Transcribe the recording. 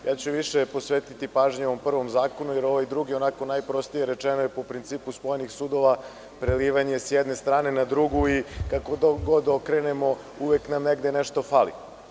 Više ću posvetiti pažnje ovom prvom zakonu, jer je ovaj drugi najprostije rečeno je po principu spojenih sudova, prelivanje s jedne strane na drugu i kako god okrenemo uvek nam negde nešto fali.